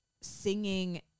singing